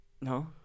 No